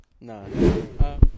No